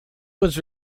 was